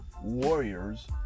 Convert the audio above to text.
warriors